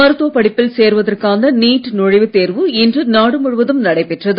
மருத்துவ படிப்பில் சேருவதற்கான நீட் நுழைவுத் தேர்வு இன்று நாடு முழுவதும் நடைபெற்றது